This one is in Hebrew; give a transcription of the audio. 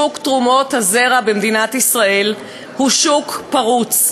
שוק תרומות הזרע בישראל הוא שוק פרוץ,